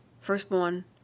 firstborn